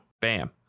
Bam